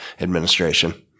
administration